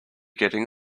getting